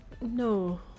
No